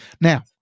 Now